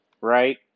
right